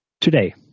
today